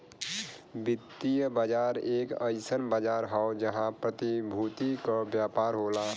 वित्तीय बाजार एक अइसन बाजार हौ जहां प्रतिभूति क व्यापार होला